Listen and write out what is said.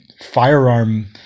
firearm